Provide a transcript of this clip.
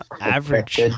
average